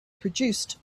produced